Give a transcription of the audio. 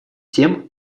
тем